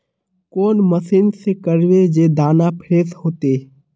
कौन मशीन से करबे जे दाना फ्रेस होते?